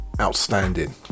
outstanding